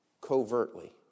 covertly